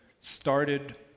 started